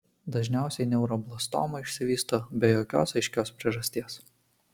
dažniausiai neuroblastoma išsivysto be jokios aiškios priežasties